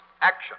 action